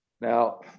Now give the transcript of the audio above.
Now